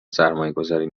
سرمایهگذاری